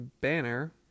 banner